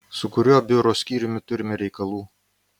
su kuriuo biuro skyriumi turime reikalų